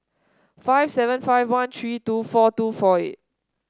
five seven five one three two four two four eight